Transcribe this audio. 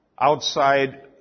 outside